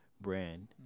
brand